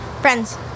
Friends